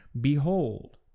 behold